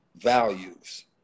values